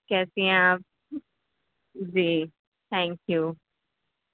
کیسی ہیں آپ جی تھینک یو